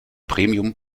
premium